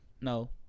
No